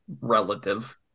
relative